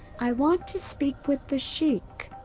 i want to speak with the sheik.